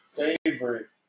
favorite